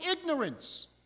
ignorance